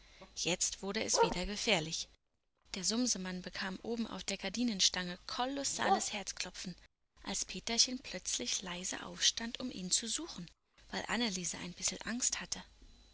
jetzt wurde es wieder gefährlich der sumsemann bekam oben auf der gardinenstange kolossales herzklopfen als peterchen plötzlich leise aufstand um ihn zu suchen weil anneliese ein bissel angst hatte